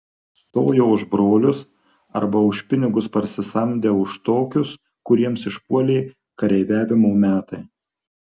stojo už brolius arba už pinigus parsisamdę už tokius kuriems išpuolė kareiviavimo metai